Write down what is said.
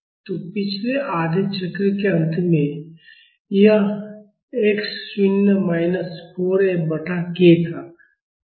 तो पिछले आधे चक्र के अंत में यह x शून्य माइनस 4 F बटा k था